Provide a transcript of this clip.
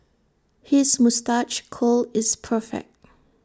his moustache curl is perfect